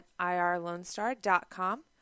IRLonestar.com